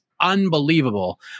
unbelievable